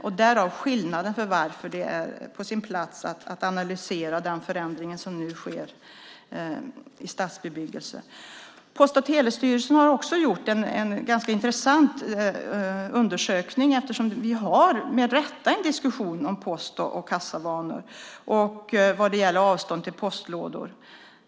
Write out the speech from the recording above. Det är skillnaden. Därför är det på sin plats att analysera den förändring som sker i stadsbebyggelse. Post och telestyrelsen har också gjort en intressant undersökning när det gäller avstånd till postlådor eftersom vi, med rätta, har en diskussion om post och kassavanor.